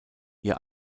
ihr